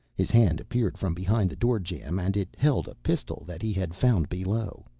his hand appeared from behind the door jamb and it held a pistol that he had found below.